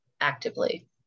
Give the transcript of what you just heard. actively